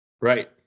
Right